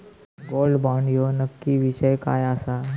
Gold bond ह्यो नक्की विषय काय आसा?